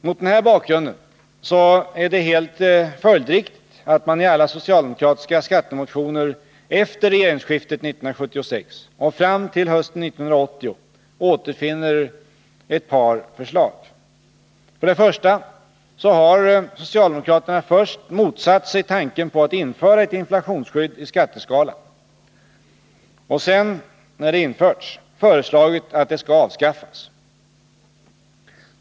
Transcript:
Mot den här bakgrunden är det helt följdriktigt att man i alla socialdemokratiska skattemotioner efter regeringsskiftet 1976 och fram till hösten 1980 återfinner ett par förslag. För det första har socialdemokraterna först motsatt sig tanken på att införa ett inflationsskydd i skatteskalan, och sedan har man — när det införts — föreslagit att det skall avskaffas.